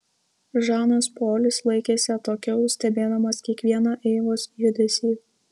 žanas polis laikėsi atokiau stebėdamas kiekvieną eivos judesį